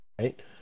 right